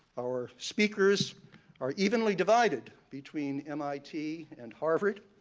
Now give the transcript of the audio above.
our speakers are evenly divided between mit and harvard.